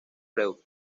freud